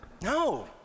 No